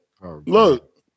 Look